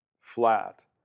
flat